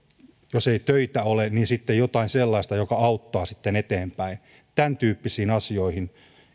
jos ei töitä ole niin sitten jotain sellaista joka auttaa eteenpäin tämäntyyppisiin asioihin